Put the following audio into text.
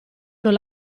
non